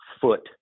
foot